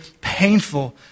painful